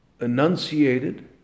enunciated